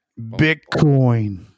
Bitcoin